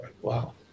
Wow